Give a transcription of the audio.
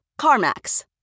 CarMax